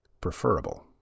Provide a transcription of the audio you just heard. preferable